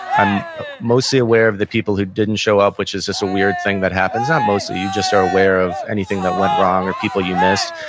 i'm mostly aware of the people who didn't show up, which is just a weird thing that happens, mostly you just are aware of anything that went wrong or people you missed.